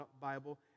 Bible